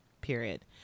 Period